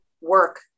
work